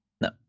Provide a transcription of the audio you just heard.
no